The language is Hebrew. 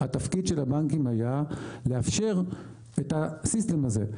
התפקיד של הבנקים היה לאפשר את הסיסטם הזה.